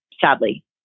Sadly